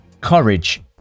courage